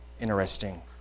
interesting